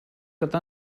gyda